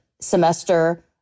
semester